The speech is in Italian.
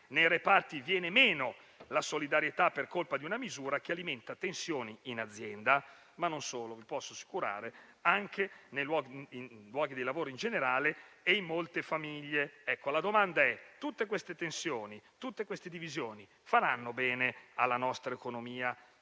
nei reparti viene meno la solidarietà per colpa di una misura che alimenta tensioni in azienda, ma non solo - e lo può assicurare - anche nei luoghi di lavoro in generale e in molte famiglie. La domanda è se tutte queste tensioni e divisioni faranno bene alla nostra economia,